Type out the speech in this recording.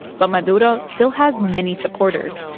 but maduro still has many supporters,